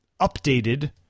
updated